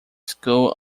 school